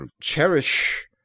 Cherish